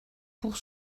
pour